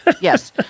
yes